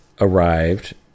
arrived